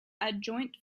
adjoint